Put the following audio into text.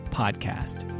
podcast